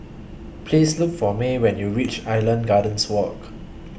Please Look For May when YOU REACH Island Gardens Walk